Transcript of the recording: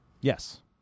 Yes